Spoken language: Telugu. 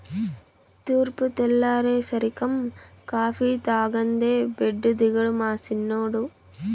తూర్పు తెల్లారేసరికం కాఫీ తాగందే బెడ్డు దిగడు మా సిన్నోడు